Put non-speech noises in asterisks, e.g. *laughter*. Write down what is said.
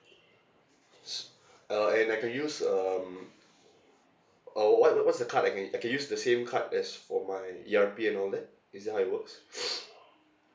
s~ uh and I can use um uh what what's the card I can I can use the same card as for my E_R_P and all that is that how it works *noise*